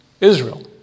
Israel